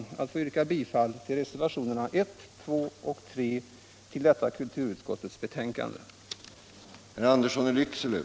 Jag ber att få yrka bifall till reservationerna 1, 2 och 3 i kulturutskottets betänkande nr 22.